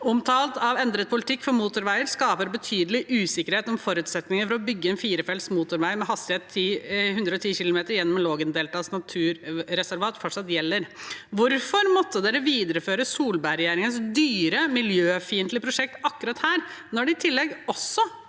omtale av endret politikk for motorveger skaper betydelig usikkerhet om forutsetningene for å bygge en firefelts motorvei med hastighet 110 km/t gjennom Lågendeltaet naturreservat fortsatt gjelder.» Hvorfor måtte denne regjeringen videreføre Solberg-regjeringens dyre, miljøfiendtlige prosjekt akkurat her, når det i tillegg også